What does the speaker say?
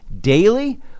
daily